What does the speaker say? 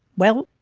well,